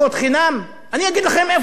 אני אגיד לכם איפה יש ארוחות חינם: